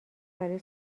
برای